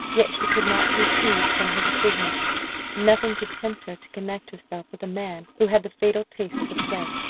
yet she could not recede from her decision nothing could tempt her to connect herself with a man who had the fatal taste for play.